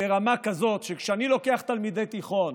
ברמה כזאת שכשאני לוקח תלמידי תיכון